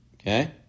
okay